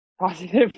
positive